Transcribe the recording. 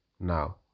Now